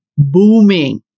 booming